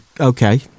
okay